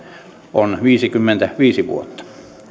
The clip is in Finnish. on viisikymmentäviisi vuotta